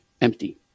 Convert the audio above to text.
empty